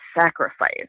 sacrifice